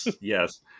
Yes